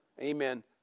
amen